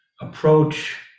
approach